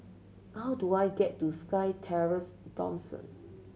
how do I get to SkyTerrace Dawson